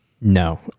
no